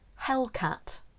hellcat